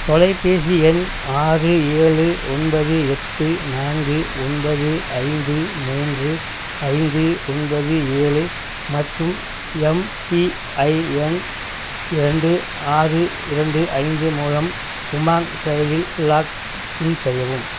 தொலைபேசி எண் ஆறு ஏழு ஒன்பது எட்டு நான்கு ஒன்பது ஐந்து மூன்று ஐந்து ஒன்பது ஏழு மற்றும் எம்பிஐஎன் இரண்டு ஆறு இரண்டு ஐந்து மூலம் உமாங் செயலில் லாக்இன் செய்யவும்